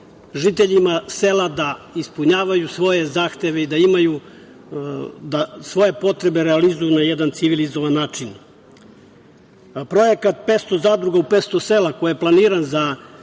žiteljima sela da ispunjavaju svoje zahteve i da svoje potrebe realizuju na jedan civilizovan način. Projekat „500 zadruga u 500 sela“ koji je planiran za